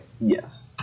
Yes